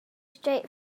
straight